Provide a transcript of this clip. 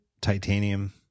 titanium